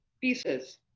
pieces